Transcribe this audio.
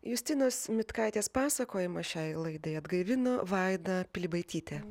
justinos mitkaitės pasakojimą šiai laidai atgaivino vaida pilibaitytė